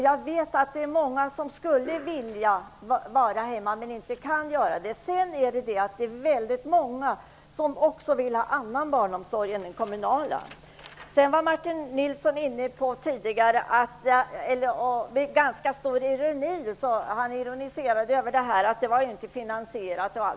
Jag vet att det är många som skulle vilja vara hemma men inte kan vara det. Det är också många som vill ha en annan barnomsorg än den kommunala. Tidigare ironiserade Martin Nilsson över att förslaget inte är finansierat.